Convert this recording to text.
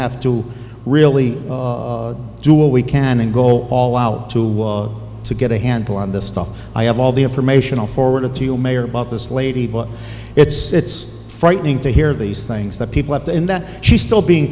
have to really do what we can and go all out to to get a handle on this stuff i have all the information i'll forward it to you mayor about this lady but it's frightening to hear these things that people have to in that she's still being